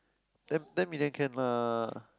ten ten million can lah